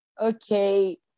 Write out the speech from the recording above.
Okay